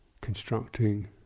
constructing